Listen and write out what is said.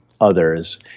others